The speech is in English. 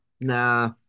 Nah